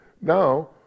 now